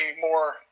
more